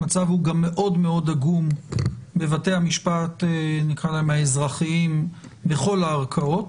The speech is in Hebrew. המצב הוא גם מאוד מאוד עגום בבתי המשפט האזרחיים בכל הערכאות.